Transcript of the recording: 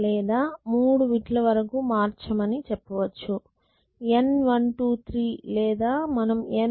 లేదా 3 బిట్ ల వరకు మార్చమని చెప్పవచ్చు N123 లేదా మనం N1